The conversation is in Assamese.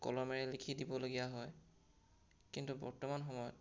কলমেৰে লিখি দিবলগীয়া হয় কিন্তু বৰ্তমান সময়ত